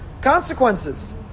consequences